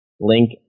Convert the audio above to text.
link